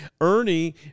Ernie